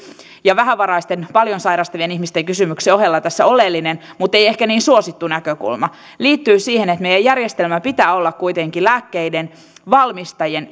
ja vähävaraisten paljon sairastavien ihmisten kysymyksen ohella tässä oleellinen muttei ehkä niin suosittu näkökulma liittyy siihen että meidän järjestelmämme pitää olla kuitenkin lääkkeiden valmistajien